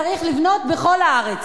צריך לבנות בכל הארץ,